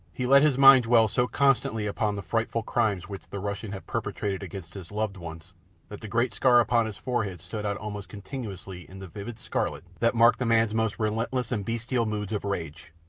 he let his mind dwell so constantly upon the frightful crimes which the russian had perpetrated against his loved ones that the great scar upon his forehead stood out almost continuously in the vivid scarlet that marked the man's most relentless and bestial moods of rage.